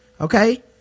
okay